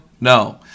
No